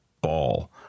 ball